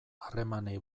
harremanei